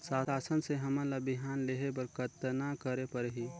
शासन से हमन ला बिहान लेहे बर कतना करे परही?